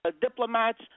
diplomats